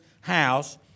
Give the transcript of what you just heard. house